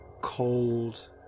cold